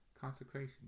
consecration